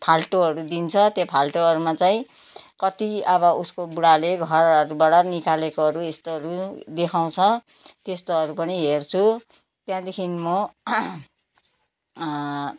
फाल्टुहरू दिन्छ त्यो फाल्टुहरूमा चाहिँ कति अब उसको बुढाले घरबाट निकालेकोहरू यस्तोहरू देखाउँछ त्यस्तोहरू पनि हेर्छु त्यहाँदेखिन् म